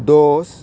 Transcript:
दोस